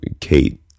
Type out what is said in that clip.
Kate